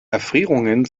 erfrierungen